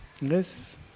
Yes